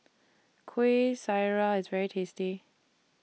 Kueh Syara IS very tasty